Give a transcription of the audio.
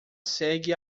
segue